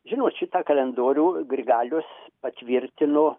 žinot šitą kalendorių grigalius patvirtino